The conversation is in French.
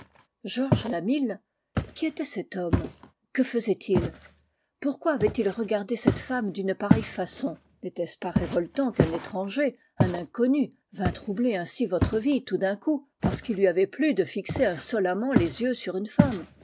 georges lamil qui était cet homme que faisait-il pourquoi avait-il regardé cette femme d'une pareille façon n'était-ce pas révoltant qu'un étranger un inconnu vînt troubler ainsi votre vie tout d'un coup parce qu'il lui avait plu de fixer insolemment les yeux sur une femme